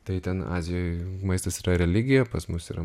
tai ten azijoj maistas yra religija pas mus yra